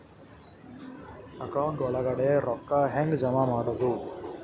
Account ಒಳಗಡೆ ರೊಕ್ಕ ಹೆಂಗ್ ಜಮಾ ಮಾಡುದು?